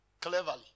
cleverly